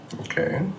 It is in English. Okay